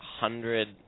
Hundred